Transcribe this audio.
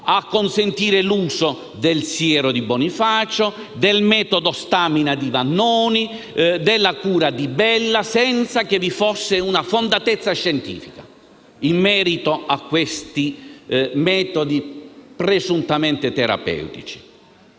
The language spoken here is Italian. a consentire l'uso del siero di Bonifacio, del metodo Stamina di Vannoni, della cura Di Bella, senza che vi fosse una fondatezza scientifica in merito a questi metodi presuntamente terapeutici.